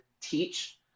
teach